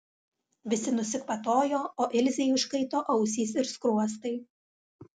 visi nusikvatojo o ilzei užkaito ausys ir skruostai